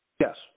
Yes